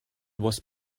was